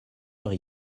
heure